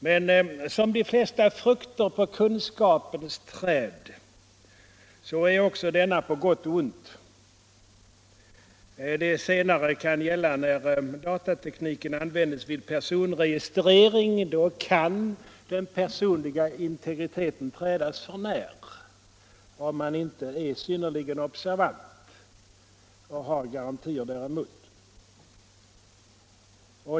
Men som de flesta frukter på kunskapens träd är också denna på gott och ont. Det senare kan gälla när datatekniken används vid personregistrering. Då kan den personliga integriteten trädas för när, om man inte är synnerligen observant och har garantier däremot.